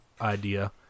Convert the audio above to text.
idea